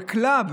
בקלאב,